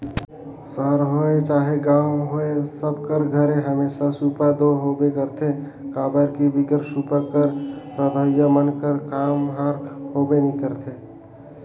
सहर होए चहे गाँव होए सब कर घरे हमेसा सूपा दो होबे करथे काबर कि बिगर सूपा कर रधोइया मन कर काम हर होबे नी करे